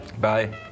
Bye